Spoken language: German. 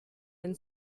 den